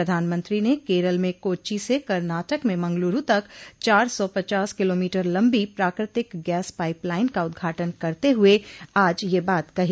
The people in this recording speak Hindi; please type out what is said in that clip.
प्रधानमंत्री ने केरल में कोच्चि से कर्नाटक में मंगलूरु तक चार सौ पचास किलोमीटर लंबी प्राकृतिक गैस पाइपलाइन का उद्घाटन करते हुए आज यह बात कही